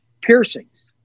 piercings